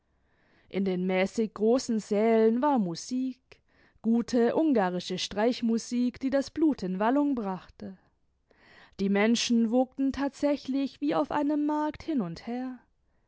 in den mäßig großen sälen war musik gute ungarische streichmusik die das blut in wallung brachte die menschen wogten tatsächlich wie auf einem markt hin und her